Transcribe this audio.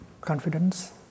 confidence